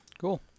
Cool